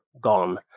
gone